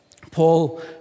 Paul